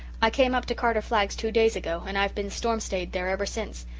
i came up to carter flagg's two days ago and i've been stormed-stayed there ever since.